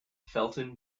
felton